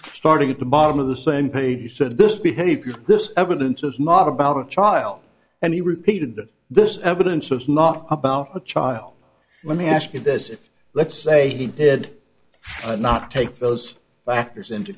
starting at the bottom of the same page he said this behavior this evidence is not about a child and he repeated this evidence is not about the child let me ask you this if let's say he did not take those factors into